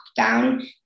lockdown